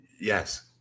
Yes